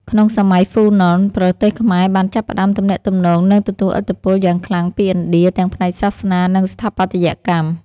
ក្នុងសម័យហ្វូណន ប្រទេសខ្មែរបានចាប់ផ្តើមទំនាក់ទំនង និងទទួលឥទ្ធិពលយ៉ាងខ្លាំងពីឥណ្ឌា ទាំងផ្នែកសាសនា និងស្ថាបត្យកម្ម។